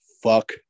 Fuck